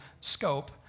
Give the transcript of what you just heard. scope